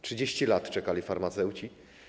30 lat czekali farmaceuci.